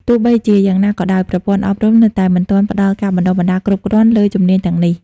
ទោះបីជាយ៉ាងណាក៏ដោយ ប្រព័ន្ធអប់រំនៅតែមិនទាន់ផ្តល់ការបណ្តុះបណ្តាលគ្រប់គ្រាន់លើជំនាញទាំងនេះ។